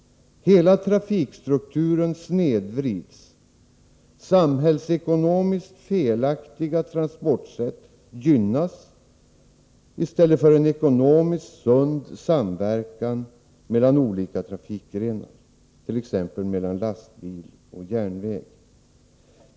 Hela trafikstrukturen snedvrids, samhällsekonomiskt felaktiga transportsätt gynnas i stället för en ekonomiskt sund samverkan mellan olika trafikgrenar, t.ex. mellan lastbil och järnväg.